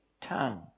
tongue